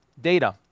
data